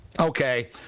okay